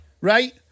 Right